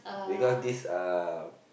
because this uh